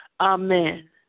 amen